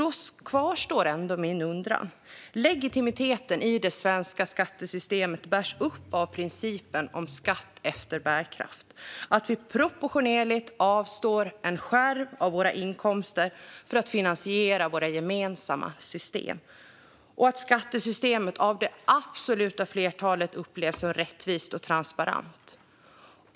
Då kvarstår ändå min undran. Legitimiteten i det svenska skattesystemet bärs upp av principen om skatt efter bärkraft - att vi proportionerligt avstår en skärv av våra inkomster för att finansiera våra gemensamma system - och av att skattesystemet av det absoluta flertalet upplevs som rättvist och transparent.